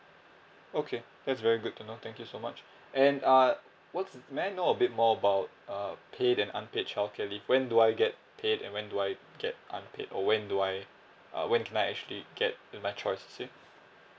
okay that's very good to know thank you so much and uh what's uh may I know a bit more about uh paid and unpaid childcare leave when do I get paid and when do I get unpaid or when do I uh when can I actually get in my choice is it